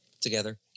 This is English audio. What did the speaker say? together